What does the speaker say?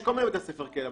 יש כל מיני בתי ספר כאלה,